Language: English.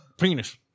Penis